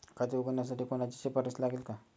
खाते उघडण्यासाठी कोणाची शिफारस लागेल का?